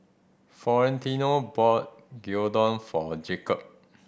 Florentino bought Gyudon for Jacob